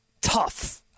tough